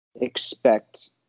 expect –